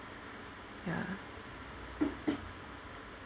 ya